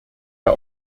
der